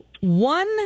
one